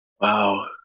wow